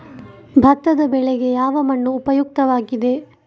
ಭತ್ತದ ಬೆಳೆಗೆ ಯಾವ ಮಣ್ಣು ಉಪಯುಕ್ತವಾಗಿದೆ?